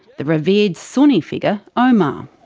the revered sunni figure, um um